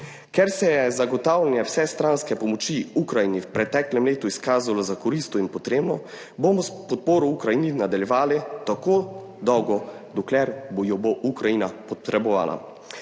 Ker se je zagotavljanje vsestranske pomoči Ukrajini v preteklem letu izkazalo za koristno in potrebno, bomo s podporo Ukrajini nadaljevali tako dolgo, dokler jo bo Ukrajina potrebovala.